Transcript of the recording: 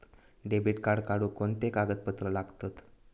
Debit card काढुक कोणते कागदपत्र लागतत?